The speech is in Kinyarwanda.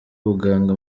ubuganga